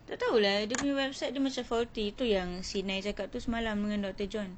tak tahu lah dia punya website dia macam faulty tu yang si nai cakap semalam dengan doctor john